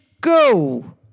go